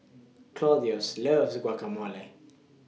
Claudius loves Guacamole